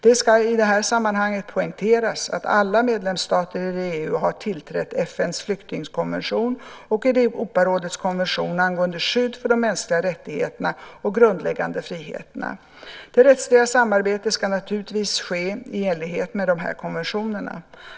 Det ska i detta sammanhang poängteras att alla medlemsstater i EU har tillträtt FN:s flyktingkonvention och Europarådets konvention angående skydd för de mänskliga rättigheterna och grundläggande friheterna. Det rättsliga samarbetet ska naturligtvis ske i enlighet med dessa konventioner.